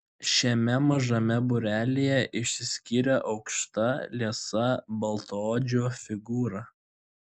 šiame mažame būrelyje išsiskyrė aukšta liesa baltaodžio figūra